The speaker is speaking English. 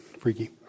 freaky